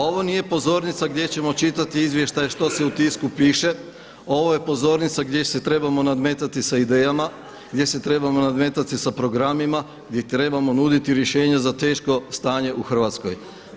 Ovo nije pozornica gdje ćemo čitati izvještaje što se u tisku piše, ovo je pozornica gdje se trebamo nadmetati sa idejama, gdje se trebamo nadmetati sa programima, gdje trebamo nuditi rješenja za teško stanje u Hrvatskoj.